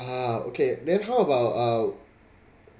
ah okay then how about uh